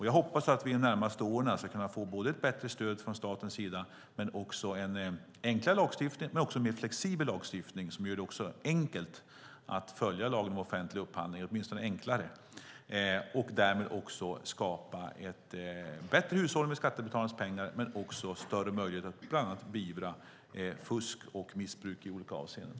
Jag hoppas att vi inom de närmaste åren ska kunna få både ett bättre stöd från statens sida men också en enklare och mer flexibel lagstiftning som gör det enklare att följa lagen om offentlig upphandling och därmed också skapa en bättre hushållning med skattebetalarnas pengar och större möjligheter att bland annat beivra fusk och missbruk i olika avseenden.